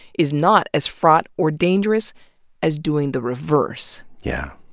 is not as fraught or dangerous as doing the reverse. yeah.